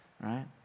right